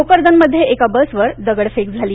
भोकरदनमध्ये एका बसवर दगडफेक झाली